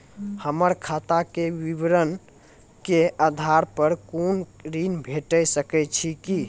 हमर खाता के विवरण के आधार प कुनू ऋण भेट सकै छै की?